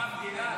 כן.